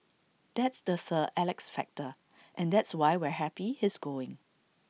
that's the sir Alex factor and that's why we're happy he's going